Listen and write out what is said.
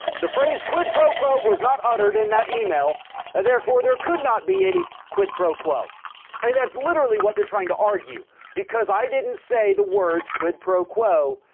the phrase quid pro quo was not uttered in that email or therefore there could not be any quid pro quo. i mean that's literally what they're trying to argue because i didn't say the words quid pro quo,